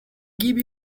give